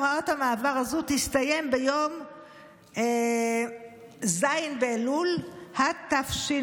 הוראות המעבר הזו תסתיים ביום ז' באלול התשפ"ה,